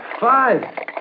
Five